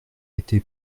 été